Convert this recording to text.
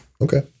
Okay